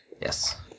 yes